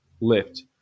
lift